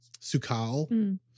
Sukal